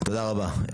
תודה רבה.